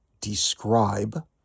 describe